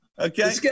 Okay